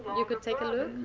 you can take a look.